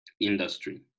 industry